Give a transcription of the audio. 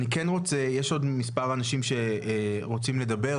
יש עוד מספר אנשים שרוצים לדבר,